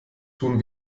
tun